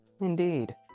Indeed